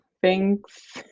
Thanks